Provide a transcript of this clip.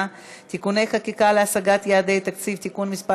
(תיקוני חקיקה להשגת יעדי התקציב) (תיקון מס'